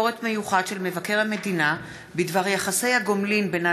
דוח ביקורת מיוחד של מבקר המדינה בדבר יחסי הגומלין בין